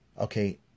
Okay